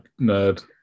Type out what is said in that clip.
nerd